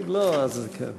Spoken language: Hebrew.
אם לא, אז, כן.